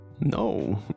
No